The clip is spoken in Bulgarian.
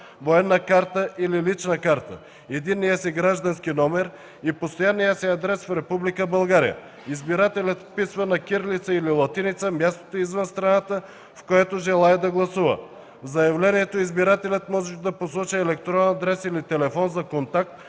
военна карта или лична карта, единния си граждански номер и постоянния си адрес в Република България. Избирателят вписва на кирилица или латиница мястото извън страната, в което желае да гласува. В заявлението избирателят може да посочи електронен адрес или телефон за контакт,